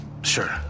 Sure